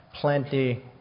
Plenty